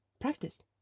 Practice